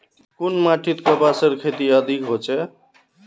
कुन माटित कपासेर खेती अधिक होचे?